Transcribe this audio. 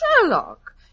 Sherlock